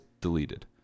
deleted